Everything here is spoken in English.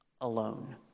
alone